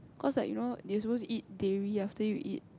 cause like you know that you supposed to eat dairy after you eat